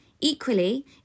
Equally